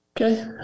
Okay